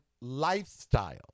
lifestyle